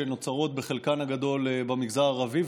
שנוצרות בחלקן הגדול במגזר הערבי,